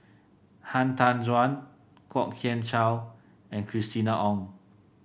Han Tan Juan Kwok Kian Chow and Christina Ong